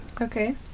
Okay